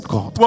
God